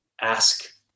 ask